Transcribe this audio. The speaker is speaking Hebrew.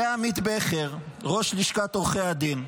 זה עמית בכר, ראש לשכת עורכי הדין,